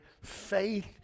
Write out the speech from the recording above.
faith